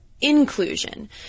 inclusion